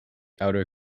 outer